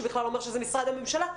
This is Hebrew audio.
שבכלל אומר שזה משרד ראש הממשלה.